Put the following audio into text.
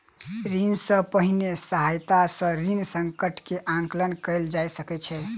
ऋण सॅ पहिने सहायता सॅ ऋण संकट के आंकलन कयल जा सकै छै